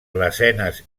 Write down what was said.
lesenes